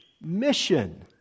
mission